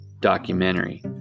documentary